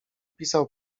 pisał